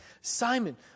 Simon